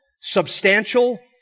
substantial